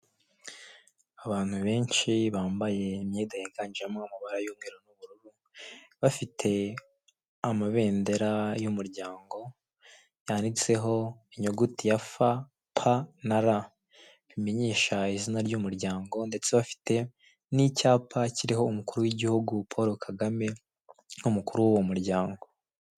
Abantu benshi bambaye imyenda n'ibirango biri mu mabara y'umutuku, umweru n'icyatsi. Bafite icyapa kiriho ifoto y'umukandida w'ishyaka rya FPR, Paul Kagame.